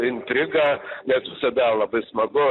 intrigą nes visada labai smagu